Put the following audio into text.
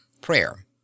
PRAYER